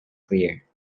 clear